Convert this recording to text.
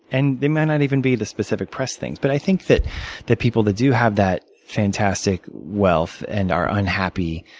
and it might not even be the specific press things. but i think that that people that do have that fantastic wealth and are unhappy,